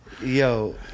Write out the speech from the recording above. Yo